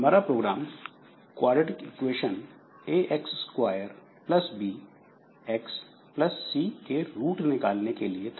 हमारा program quadratic equation A X square plus B X plus C ax2 bx c के root निकालने के लिए था